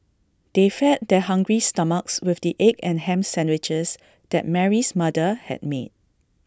they fed their hungry stomachs with the egg and Ham Sandwiches that Mary's mother had made